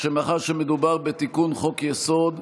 שמאחר שמדובר בתיקון חוק-יסוד,